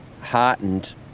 heartened